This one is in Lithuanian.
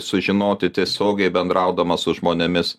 sužinoti tiesiogiai bendraudamas su žmonėmis